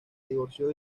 divorció